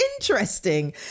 interesting